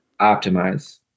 optimize